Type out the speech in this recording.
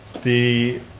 the